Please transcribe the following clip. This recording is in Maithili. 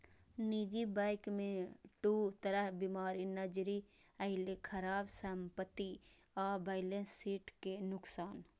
निजी बैंक मे दू तरह बीमारी नजरि अयलै, खराब संपत्ति आ बैलेंस शीट के नुकसान